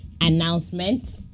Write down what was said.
announcement